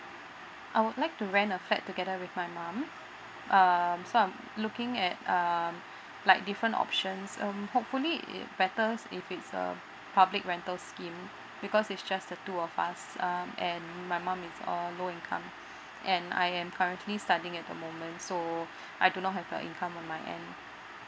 I would like to rent a flat together with my mum um so I'm looking at um like different options um hopefully it better if it's a public rental scheme because it's just the two of us um and my mum is uh low income and I am currently studying at the moment so I do not have a income on my end